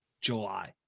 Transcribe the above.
july